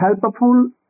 helpful